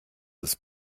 das